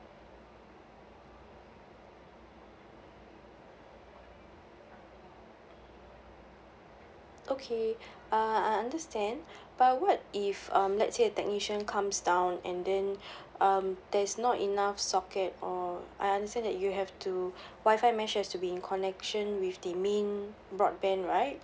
okay uh I understand but what if um let's say technician comes down and then um there's not enough socket or I understand that you have to wi-fi mesh has to be in connection with the main broadband right